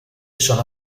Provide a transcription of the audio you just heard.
sono